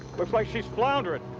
but like she's floundering.